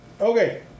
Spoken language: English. Okay